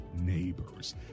Neighbors